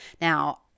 Now